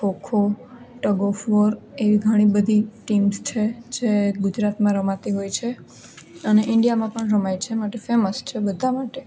kho kho tug of war એવી ઘણી બધી ટીમ્સ છે જે ગુજરાતમાં રમાતી હોય છે અને ઇન્ડિયામાં પણ રમાય છે માટે ફેમસ છે બધા માટે